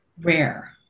rare